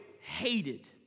hated